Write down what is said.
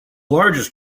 largest